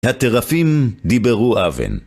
הטרפים דיברו אבן